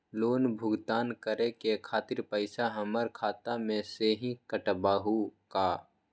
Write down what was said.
Loan भुगतान करे के खातिर पैसा हमर खाता में से ही काटबहु का?